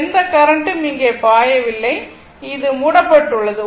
எந்த கரண்ட் ம் இங்கே பாயவில்லை இது மூடப்பட்டுள்ளது